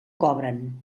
cobren